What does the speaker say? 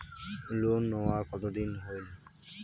Loan নেওয়ার কতদিন হইল?